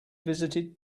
visited